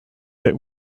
that